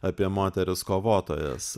apie moteris kovotojas